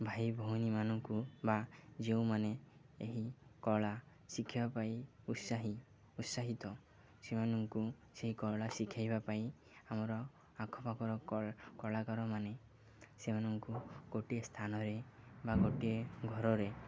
ଭାଇ ଭଉଣୀମାନଙ୍କୁ ବା ଯେଉଁମାନେ ଏହି କଳା ଶିଖିବା ପାଇଁ ଉତ୍ସାହୀ ଉତ୍ସାହିତ ସେମାନଙ୍କୁ ସେଇ କଳା ଶିଖାଇବା ପାଇଁ ଆମର ଆଖପାଖର କଳାକାର ମାନେ ସେମାନଙ୍କୁ ଗୋଟିଏ ସ୍ଥାନରେ ବା ଗୋଟିଏ ଘରରେ